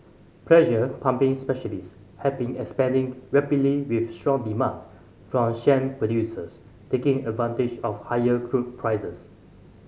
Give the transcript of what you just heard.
pressure pumping specialist have been expanding rapidly with strong demand from shale producers taking advantage of higher crude prices